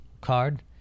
card